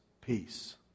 peace